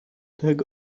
peg